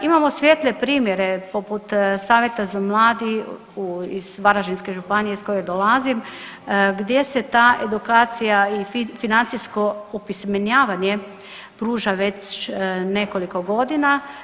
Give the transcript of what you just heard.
Imamo svijetle primjere poput Savjeta za mlade iz Varaždinske županije iz koje dolazim gdje se ta edukacija i financijsko opismenjavanje pruža već nekoliko godina.